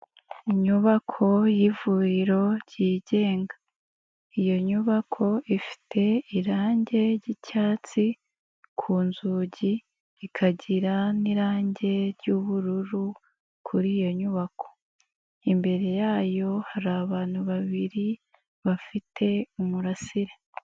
Inyubako y'ivuriro ryigenga, iyo nyubako ifite irangi ry'icyatsi ku nzugi, ikagira n'irangi ry'ubururu kuri iyo nyubako, imbere yayo hari abantu babiri bafite umurasire.